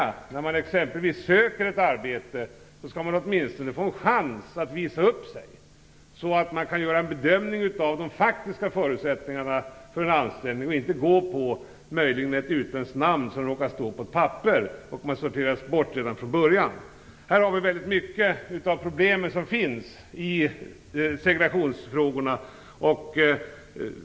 När man exempelvis söker ett arbete skall man åtminstone få en chans att visa upp sig, så att arbetsgivaren kan göra en bedömning av de faktiska förutsättningarna för en anställning och att man inte sorteras bort redan från början på grund av att det står ett utländskt namn på ett papper. Här har vi väldigt mycket av problemen som finns i segregationsfrågorna.